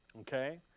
Okay